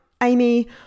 Amy